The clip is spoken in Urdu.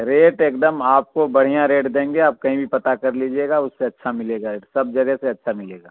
ریٹ ایک دم آپ کو بڑھیا ریٹ دیں گے آپ کہیں بھی پتتا کر لیجیے گا اس سے اچھا ملے گا سب جگہ سے اچھا ملے گا